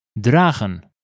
dragen